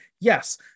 Yes